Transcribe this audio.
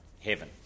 heaven